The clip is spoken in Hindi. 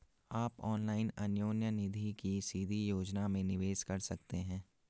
आप ऑनलाइन अन्योन्य निधि की सीधी योजना में निवेश कर सकते हैं